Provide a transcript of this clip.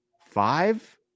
five